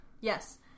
Yes